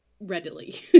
readily